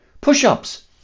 Push-ups